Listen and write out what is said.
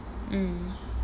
mm